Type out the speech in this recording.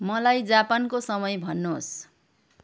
मलाई जापानको समय भन्नुहोस्